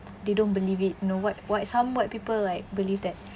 they don't believe it you know what what some white people like believe that